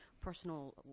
personal